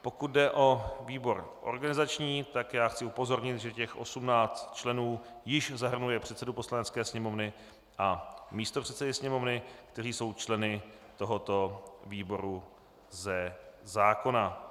Pokud jde o výbor organizační, chci upozornit, že těch 18 členů již zahrnuje předsedu Poslanecké sněmovny a místopředsedy Sněmovny, kteří jsou členy tohoto výboru ze zákona.